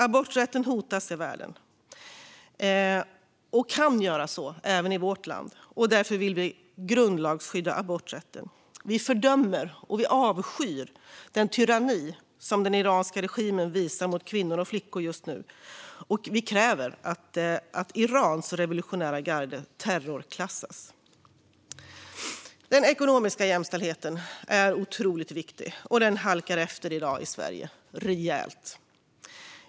Aborträtten hotas i världen, och det kan ske även i vårt land. Därför vill vi grundlagsskydda aborträtten. Vi fördömer och avskyr den tyranni som den iranska regimen visar mot kvinnor och flickor just nu, och vi kräver att Irans revolutionsgarde terrorklassas. Den ekonomiska jämställdheten är otroligt viktig, och den halkar efter i Sverige i dag - rejält.